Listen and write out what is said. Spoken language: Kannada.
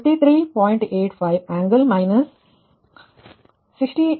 85 ಆಂಗಲ್ ಮೈನಸ್ 68